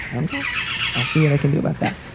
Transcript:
um i'll see what i can do about that.